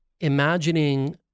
imagining